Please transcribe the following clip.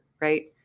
right